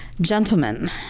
gentlemen